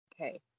Okay